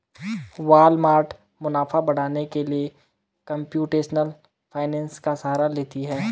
Walmart मुनाफा बढ़ाने के लिए कंप्यूटेशनल फाइनेंस का सहारा लेती है